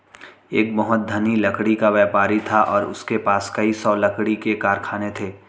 एक बहुत धनी लकड़ी का व्यापारी था और उसके पास कई सौ लकड़ी के कारखाने थे